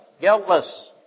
guiltless